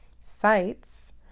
sites